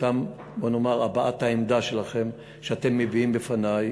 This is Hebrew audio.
את הבעת העמדה שלכם שאתם מביעים בפני.